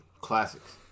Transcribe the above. classics